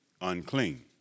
unclean